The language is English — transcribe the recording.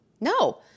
no